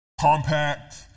Compact